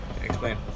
Explain